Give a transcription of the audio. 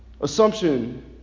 assumption